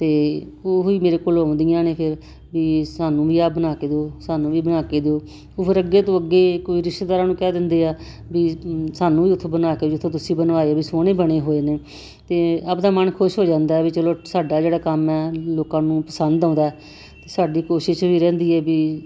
ਅਤੇ ਉਹੀ ਮੇਰੇ ਕੋਲ ਆਉਂਦੀਆਂ ਨੇ ਫਿਰ ਵੀ ਸਾਨੂੰ ਵੀ ਆਹ ਬਣਾ ਕੇ ਦਿਉ ਸਾਨੂੰ ਵੀ ਬਣਾ ਕੇ ਦਿਉ ਉਹ ਫਿਰ ਅੱਗੇ ਤੋਂ ਅੱਗੇ ਕੋਈ ਰਿਸ਼ਤੇਦਾਰਾਂ ਨੂੰ ਕਹਿ ਦਿੰਦੇ ਆ ਵੀ ਸਾਨੂੰ ਵੀ ਉੱਥੋਂ ਬਣਾ ਕੇ ਜਿੱਥੋਂ ਤੁਸੀਂ ਬਣਵਾਏ ਸੋਹਣੇ ਬਣੇ ਹੋਏ ਨੇ ਅਤੇ ਆਪਦਾ ਮਨ ਖੁਸ਼ ਹੋ ਜਾਂਦਾ ਵੀ ਚਲੋ ਸਾਡਾ ਜਿਹੜਾ ਕੰਮ ਹੈ ਲੋਕਾਂ ਨੂੰ ਪਸੰਦ ਆਉਂਦਾ ਸਾਡੀ ਕੋਸ਼ਿਸ਼ ਵੀ ਰਹਿੰਦੀ ਹੈ ਵੀ